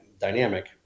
dynamic